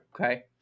Okay